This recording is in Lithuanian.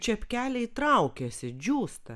čepkeliai traukiasi džiūsta